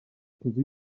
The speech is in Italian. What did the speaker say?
così